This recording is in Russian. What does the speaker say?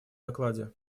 докладе